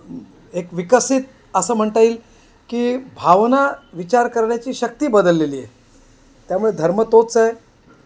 एक विकसित असं म्हणता येईल की भावना विचार करण्याची शक्ती बदललेली आहे त्यामुळे धर्म तोच आहे